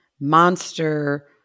monster